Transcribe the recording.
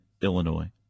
Illinois